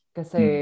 kasi